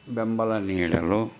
ಬೆಂಬಲ ನೀಡಲು